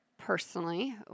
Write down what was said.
personally